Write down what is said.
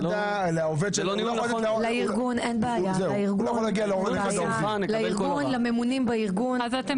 לארגון, אין בעיה, לממונים בארגונים.